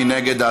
מי נגד?